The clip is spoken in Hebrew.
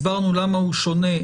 הסברנו למה הוא שונה.